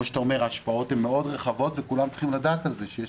ההשפעות רחבות מאוד וכולם צריכים לדעת שיש